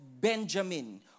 Benjamin